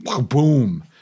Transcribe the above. boom